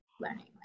learning